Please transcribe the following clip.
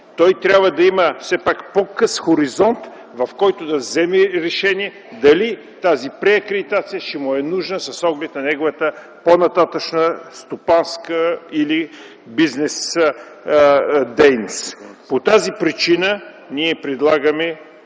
Той трябва да има по-къс хоризонт, в който да вземе решение дали тази преакредитация ще му е нужна с оглед неговата по-нататъшна стопанска или бизнесдейност. Ние предлагаме